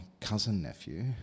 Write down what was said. cousin-nephew